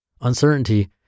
Uncertainty